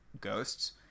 ghosts